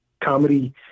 comedy